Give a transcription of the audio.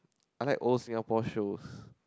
I like old Singapore shows